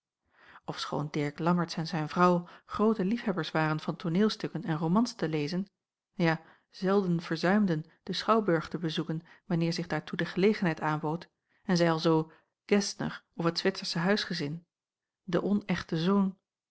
ofschoon dirk lammertsz en zijn vrouw groote liefhebbers waren van tooneelstukken en romans te lezen ja zelden verzuimden den schouwburg te bezoeken wanneer zich daartoe de gelegenheid aanbood en zij alzoo gesner of het zwitsersche huisgezin de onechte zoon